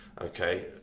Okay